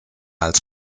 als